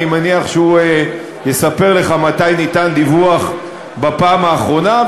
אני מניח שהוא יספר לך מתי ניתן דיווח בפעם האחרונה.